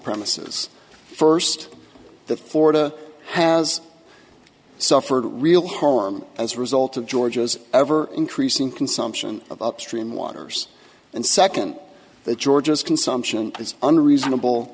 premises first the florida has suffered real harm as a result of georgia's ever increasing consumption of upstream waters and second that georgia's consumption is under reasonable